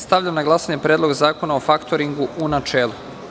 Stavljam na glasanje Predlog zakona o faktoringu, u načelu.